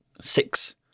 six